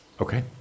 Okay